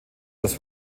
das